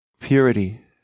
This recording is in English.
purity